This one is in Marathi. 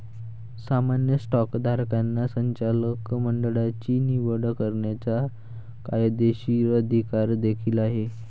सामान्य स्टॉकधारकांना संचालक मंडळाची निवड करण्याचा कायदेशीर अधिकार देखील आहे